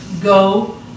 go